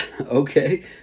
Okay